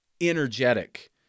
energetic